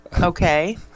okay